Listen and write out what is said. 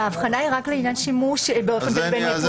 ההבחנה היא רק לעניין שימוש באופן פומבי לפרטי.